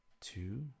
two